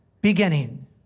beginning